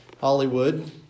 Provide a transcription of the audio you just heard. Hollywood